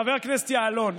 חבר הכנסת יעלון,